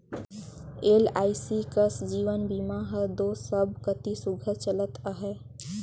LIC कस जीवन बीमा हर दो सब कती सुग्घर चलत अहे